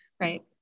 Right